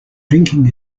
drinking